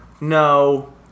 no